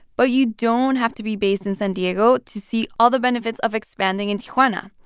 but you don't have to be based in san diego to see all the benefits of expanding in tijuana.